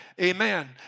Amen